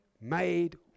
made